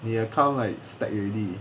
你 account like stack already